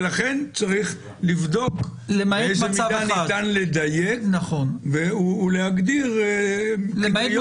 לכן צריך לבדוק באיזו מידה ניתן לדייק ולהגדיר --- את הכוונה.